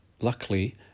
luckily